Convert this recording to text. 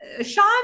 Sean